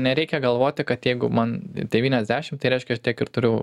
nereikia galvoti kad jeigu man devyniasdešim tai reiškia aš tiek ir turiu